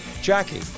Jackie